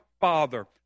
Father